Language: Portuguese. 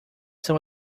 são